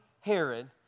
Herod